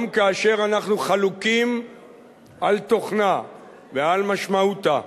כאשר אנחנו חלוקים על תוכנה ועל משמעותה.